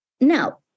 Now